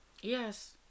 Yes